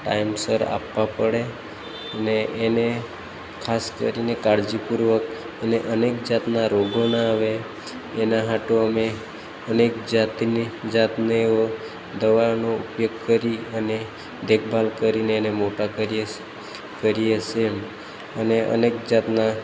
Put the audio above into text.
ટાઈમસર આપવા પડે અને એને ખાસ કરીને કાળજીપૂર્વક અને અનેક જાતના રોગો ના આવે એના હાટુ અમે અનેક જાતની જાતનીઓ દવાનો ઉપયોગ કરી અને દેખભાળ કરીને એને મોટા કરીએ છે કરીએ છે એમ અને અનેક જાતના